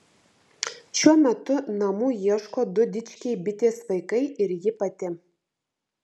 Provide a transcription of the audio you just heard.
šiuo metu namų ieško du dičkiai bitės vaikai ir ji pati